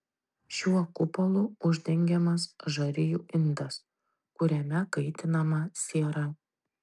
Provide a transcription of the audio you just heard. šiuo kupolu uždengiamas žarijų indas kuriame kaitinama siera